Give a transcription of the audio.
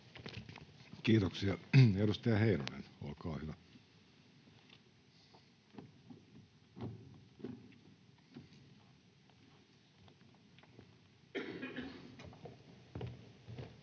Kiitoksia. — Edustaja Heinonen, olkaa hyvä. [Speech